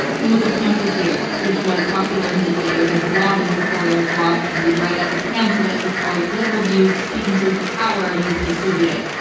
he was a pamphleteer, which was popular in his day. it was like blogging before there was blogging. you'd write up a pamphlet with all your political views speaking truth to power, and you'd distribute it.